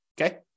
Okay